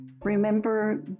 Remember